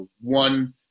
One